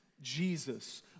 jesus